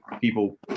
people